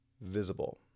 visible